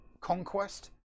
conquest